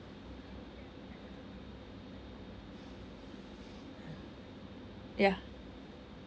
yeah